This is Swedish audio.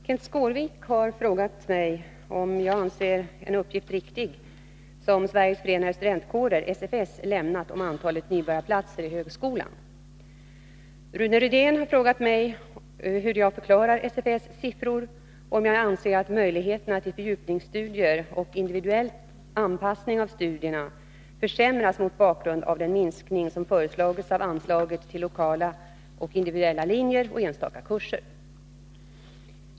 Herr talman! Kenth Skårvik har frågat mig om jag anser en uppgift riktig som Sveriges förenade studentkårer lämnat om antalet nybörjarplatser i högskolan. Rune Rydén har frågat mig hur jag förklarar SFS:s siffror och om jag anser att möjligheterna till fördjupningsstudier och individuell anpassning av studierna försämras mot bakgrund av den minskning som föreslagits av anslaget till lokala och individuella linjer och enstaka kurser.